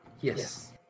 Yes